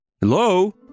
Hello